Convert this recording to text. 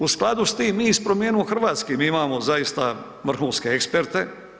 U skladu s tim mi iz Promijenimo Hrvatsku, mi imamo zaista vrhunske eksperte.